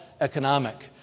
economic